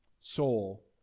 Soul